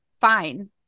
fine